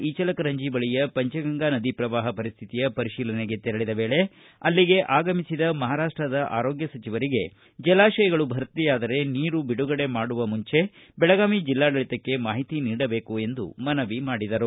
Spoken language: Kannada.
ಇಚಲಕರಂಜಿ ಬಳಿಯ ಪಂಚಗಂಗಾ ನದಿ ಪ್ರವಾಪ ಪರಿಸ್ವಿತಿಯ ಪರಿಶೀಲನೆಗೆ ತೆರಳಿದ ವೇಳೆ ಅಲ್ಲಿಗೆ ಆಗಮಿಸಿದ ಮಹಾರಾಷ್ನದ ಆರೋಗ್ಯ ಸಚಿವರಿಗೆ ಜಲಾಶಯಗಳು ಭರ್ತಿಯಾದರೆ ನೀರು ಬಿಡುಗಡೆ ಮಾಡುವ ಮುಂಚೆ ಬೆಳಗಾವಿ ಜಿಲ್ಲಾಡಳಿತಕ್ಕೆ ಮಾಹಿತಿ ನೀಡಬೇಕು ಎಂದರು